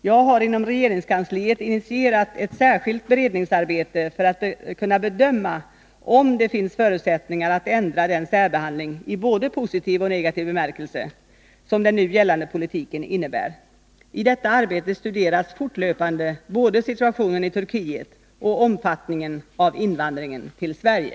Jag har inom regeringskansliet initierat ett särskilt beredningsarbete för att kunna bedöma om det finns förutsättningar att ändra den särbehandling i både positiv och negativ bemärkelse som den nu gällande politiken innebär. I detta arbete studeras fortlöpande både situationen i Turkiet och omfattningen av invandringen till Sverige.